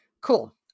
Cool